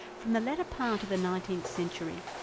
from the latter part of the nineteenth century,